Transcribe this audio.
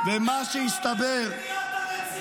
איפה אתה בבניית הרציפות היום?